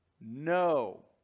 no